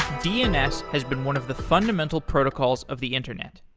dns has been one of the fundamental protocols of the internet.